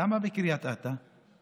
למה בקריית אתא?